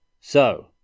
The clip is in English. So